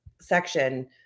section